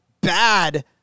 bad